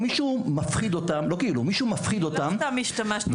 היא שמישהו מפחיד אותם לגבי האזור הזה.